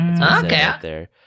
Okay